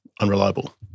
unreliable